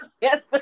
Yes